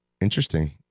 Interesting